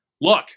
Look